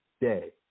day